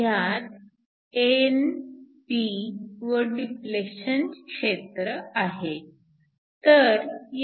ह्यात n p व depletion क्षेत्र आहे